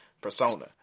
persona